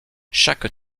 chaque